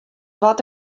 wat